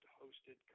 hosted